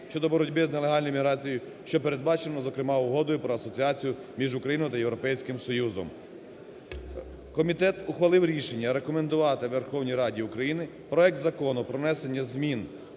щодо боротьби з нелегальною міграцією, що передбачено, зокрема, Угодою про асоціацію між Україною та Європейським Союзом. Комітет ухвалив рішення рекомендувати Верховній Раді України проект Закону про внесення змін